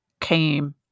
came